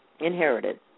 inherited